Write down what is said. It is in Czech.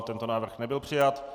Tento návrh nebyl přijat.